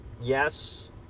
Yes